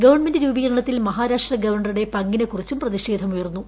ഗവൺമെന്റ്രൂപീകരണത്തിൽ മഹാരാഷ്ട്ര ഗവർണറുടെ പങ്കിനെക്കുറിച്ചുള്ള പ്രതിഷേധമുയർന്നു